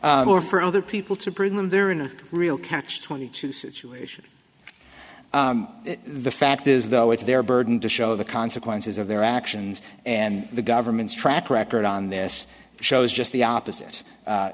bring more for other people to prove them they're in a real catch twenty two situation the fact is though it's their burden to show the consequences of their actions and the government's track record on this shows just the opposite